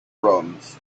proms